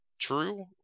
true